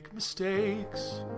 Mistakes